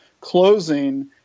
closing